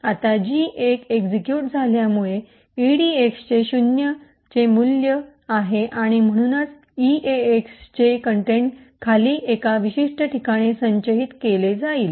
आता G १ execute झाल्यामुळे इडीएक्सचे ० चे मूल्य आहे म्हणूनच इएक्सचे कंटेंट खाली या विशिष्ट ठिकाणी संचित केली जाईल